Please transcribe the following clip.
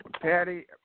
Patty